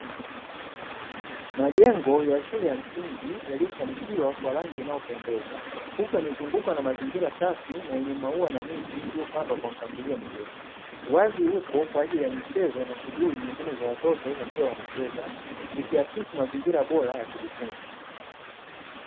Majengo ya shule ya msingi yaliyosanifiwa kwa rangi inayopendezwa, huku yamezungukwa na mazingira safi na yenye maua na miti iliyopangwa kwa mpangilio mzuri, uwazi upo kwa ajili ya michezo na shughuli nyingine za watoto wakiwa wanacheza, ikiakisi mazingira bora ya kujifunza.